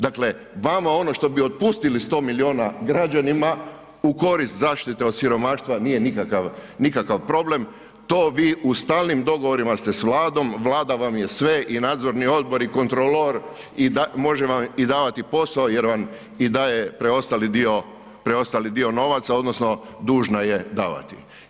Dakle, vama ono što bi otpustili 100 miliona građanima u korist zaštite od siromaštva nije nikakav problem, to vi u stalnim dogovorima ste s Vladom, Vlada vam je sve i nadzorni odbor i kontrolor, može vam i davati posao jer vam i daje preostali dio novaca odnosno dužna je davati.